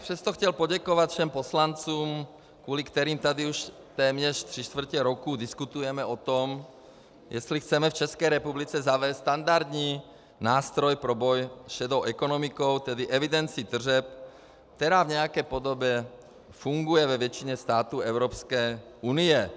Přesto bych chtěl poděkovat všem poslancům, kvůli kterým tady už téměř tři čtvrtě roku diskutujeme o tom, jestli chceme v České republice zavést standardní nástroj pro boj s šedou ekonomikou, tedy evidenci tržeb, která v nějaké podobě funguje ve většině států Evropské unie.